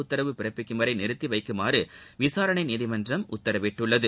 உத்தரவு பிறப்பிக்கும் வரை நிறுத்திவைக்குமாறு விசாரணை நீதிமன்றம் உத்தரவிட்டுள்ளது